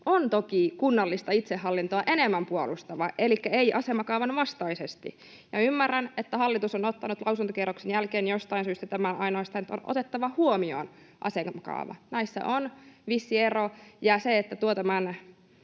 on toki kunnallista itsehallintoa enemmän puolustava — elikkä ei asemakaavan vastaisesti. Ymmärrän, että hallitus on ottanut lausuntokierroksen jälkeen jostain syystä tämän, että ainoastaan on ”otettava huomioon” asemakaava. Näissä on vissi ero.